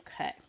okay